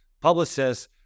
publicists